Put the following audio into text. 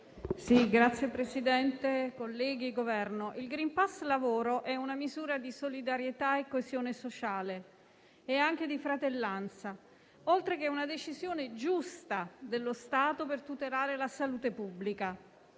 rappresentanti del Governo, il *green pass* lavoro è una misura di solidarietà, coesione sociale e anche di fratellanza, oltre che una decisione giusta dello Stato per tutelare la salute pubblica.